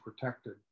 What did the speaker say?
protected